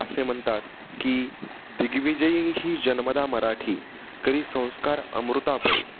असे म्हणतात की दिग्विजयी ही जन्मदा मराठी करी संस्कार अमृतापरी